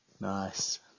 Nice